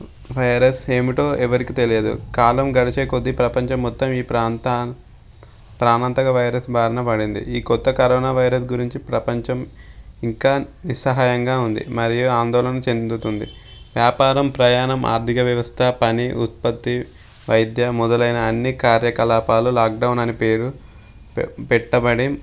virus ఏమిటో ఎవరికి తెలియదు కాలం గడిచే కొద్ది ప్రపంచం మొత్తం ఈ ప్రాంతా ప్రాణాంతక వైరస్ బారిన పడింది ఈ కొత్త కరోనా వైరస్ గురించి ప్రపంచం ఇంకా నిస్సహాయంగా ఉంది మరియు ఆందోళన చెందుతుంది వ్యాపారం ప్రయాణం ఆర్థిక వ్యవస్థ పని ఉత్పత్తి వైద్య మొదలైన అన్ని కార్యకలాపాలు లాక్డౌన్ అని పేరు పె పెట్టబడి